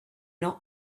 not